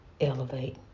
elevate